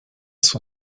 son